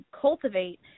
cultivate